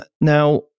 Now